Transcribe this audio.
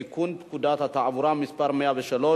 התשע"ב 2012,